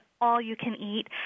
all-you-can-eat